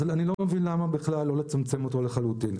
אז אני לא מבין למה בכלל לא לצמצם אותו לחלוטין.